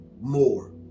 more